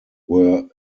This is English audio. were